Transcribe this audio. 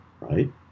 right